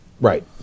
Right